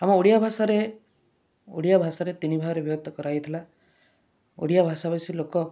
ଆମ ଓଡ଼ିଆ ଭାଷାରେ ଓଡ଼ିଆ ଭାଷାରେ ତିନି ଭାଗରେ ବିଭକ୍ତ କରାହୋଇଥିଲା ଓଡ଼ିଆ ଭାଷା ଭାଷି ଲୋକ